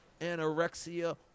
anorexia